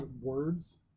words